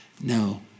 No